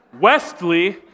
Westley